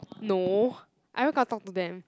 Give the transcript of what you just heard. no I where got talk to them